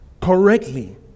correctly